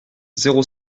zéro